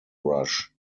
rush